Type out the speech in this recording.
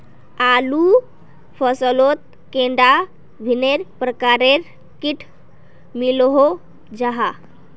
आलूर फसलोत कैडा भिन्न प्रकारेर किट मिलोहो जाहा?